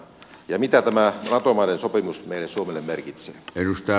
ja mitä tämä nato maiden sopimus meille suomelle merkitsee